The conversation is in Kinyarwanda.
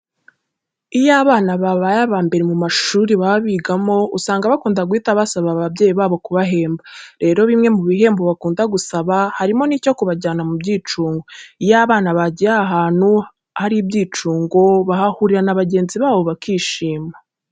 Iyo abana babaye aba mbere mu mashuri baba bigamo usanga bakunda guhita basaba ababyeyi babo kubahemba. Rero, bimwe mu bihembo bakunda gusaba harimo n'icyo kubajyana mu byicungo. Iyo abana bagiye aha hantu hari ibyicungo, bahahurira na bagenzi babo bakishima.